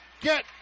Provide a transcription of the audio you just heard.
get